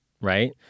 Right